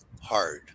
hard